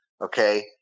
Okay